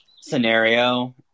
scenario